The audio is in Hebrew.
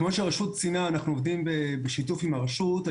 כמו שהרשות ציינה, אנחנו עובדים בשיתוף עם הרשות.